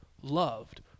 loved